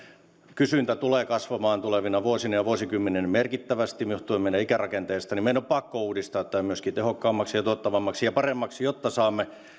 kysyntä tulee kasvamaan tulevina vuosina ja vuosikymmeninä merkittävästi johtuen meidän ikärakenteesta niin meidän on pakko uudistaa tämä myöskin tehokkaammaksi ja tuottavammaksi ja paremmaksi jotta saamme